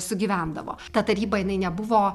sugyvendavo tą tarybą jinai nebuvo